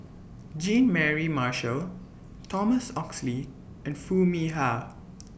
Jean Mary Marshall Thomas Oxley and Foo Mee Har